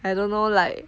I don't know like